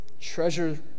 Treasure